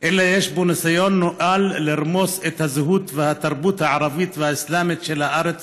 אלא יש בו ניסיון נואל לרמוס את הזהות והתרבות הערבית והאסלאמית של הארץ